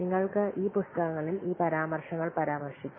നിങ്ങൾക്ക് ഈ പുസ്തകങ്ങളിൽ ഈ പരാമർശങ്ങൾ പരാമർശിക്കാം